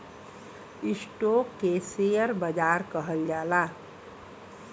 stock के share बाजार कहल जाला